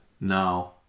now